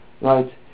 Right